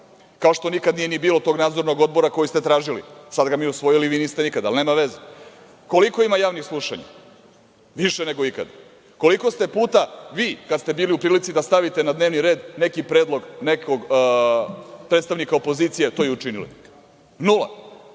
kao što nikad nije bilo ni tog nadzornog odbora koji ste tražili. Sada ga mi usvojili, a vi niste nikada, ali nema veze. Koliko ima javnih slušanja? Više nego ikada. Koliko ste puta vi, kada ste bili u prilici da stavite na dnevni red neki predlog nekog predstavnika opozicije to i učinili? Nula.